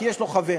כי יש לו חבר.